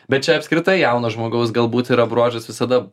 bet čia apskritai jauno žmogaus galbūt yra bruožas visada